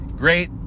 Great